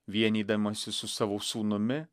vienydamasi su savo sūnumi